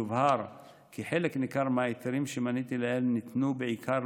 יובהר כי חלק ניכר מההיתרים שמניתי לעיל ניתנו בעיקר